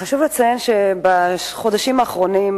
חשוב לציין שבחודשים האחרונים,